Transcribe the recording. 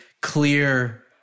clear